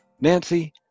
Nancy